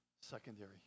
secondary